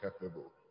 capable